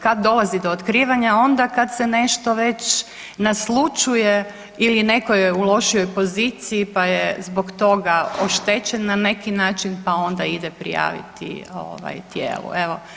Kad dolazi do otkrivanja, onda kad se nešto već naslućuje ili neko je u lošijoj poziciji pa je zbog toga oštećen na neki način pa onda ide prijaviti tijelu, evo.